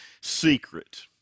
secret